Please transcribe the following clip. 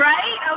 Right